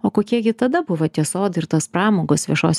o kokie gi tada buvo tie sodai ir tos pramogos viešos